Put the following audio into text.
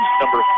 Number